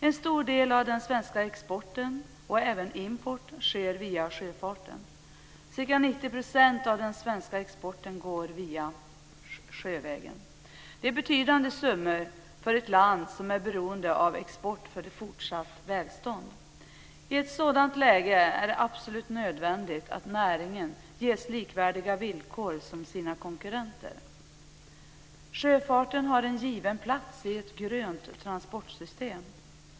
En stor del av den svenska exporten och även importen sker via sjöfarten. Ca 90 % av den svenska exporten går via sjöfarten. Det är betydande summor för ett land som är beroende av export för ett fortsatt välstånd. I ett sådant läge är det absolut nödvändigt att näringen ges likvärdiga villkor som sina konkurrenter. Sjöfarten har en given plats i ett grönt transportsystem.